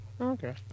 Okay